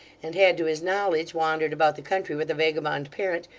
and had, to his knowledge, wandered about the country with a vagabond parent,